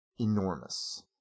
enormous